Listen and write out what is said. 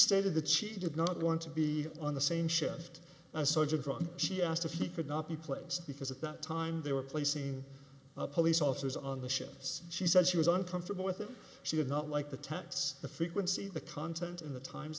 stated that she did not want to be on the same shift as such a drunk she asked if he could not be placed because at that time they were placing police officers on the shifts she said she was uncomfortable with that she did not like the tax the frequency the content in the times